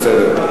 בסדר.